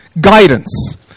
guidance